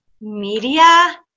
media